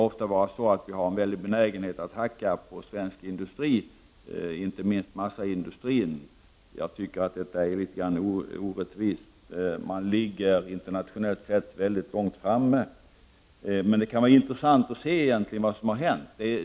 Det finns ofta en stor benägenhet att hacka på svensk industri, inte minst massaindustrin. Jag tycker att det är litet orättvist. Man ligger internationellt sett mycket långt framme. Det kan vara intressant att se på vad som har hänt.